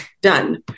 done